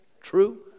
True